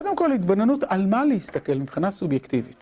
קודם כל התבוננות על מה להסתכל מבחינה סובייקטיבית.